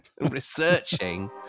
researching